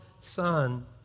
son